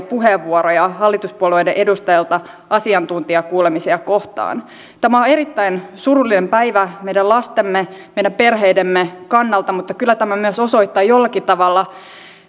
puheenvuoroja hallituspuolueiden edustajilta asiantuntijakuulemisia kohtaan tämä on erittäin surullinen päivä meidän lastemme meidän perheidemme kannalta mutta kyllä tämä myös osoittaa jollakin tavalla